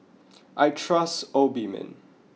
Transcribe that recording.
I trust Obimin